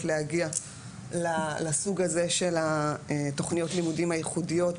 להגיע לסוג הזה של תוכניות לימודים הייחודיות,